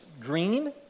green